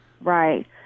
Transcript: right